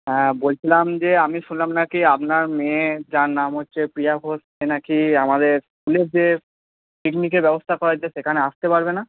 হ্যাঁ বলছিলাম যে আমি শুনলাম না কি আপনার মেয়ে যার নাম হচ্ছে প্রিয়া ঘোষ সে নাকি আমাদের স্কুলের যে পিকনিকের ব্যবস্থা করা হয়েছে সেখানে আসতে পারবে না